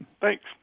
Thanks